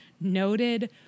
noted